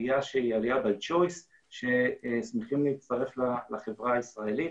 עלייה ששמחה להצטרף לחברה הישראלית.